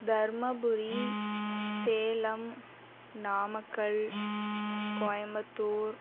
Dharmapuri Salem Namakkal Coimbatore